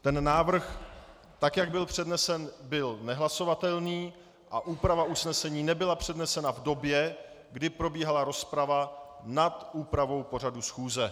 Ten návrh, tak jak byl přednesen, byl nehlasovatelný a úprava usnesení nebyla přednesena v době, kdy probíhala rozprava nad úpravou pořadu schůze.